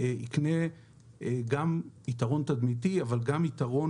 יקנה גם יתרון תדמיתי אבל גם יתרון